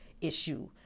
issue